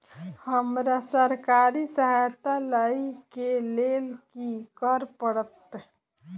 हमरा सरकारी सहायता लई केँ लेल की करऽ पड़त?